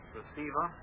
receiver